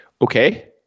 Okay